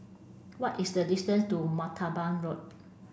what is the distance to Martaban Road